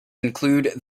include